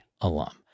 alum